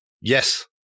Yes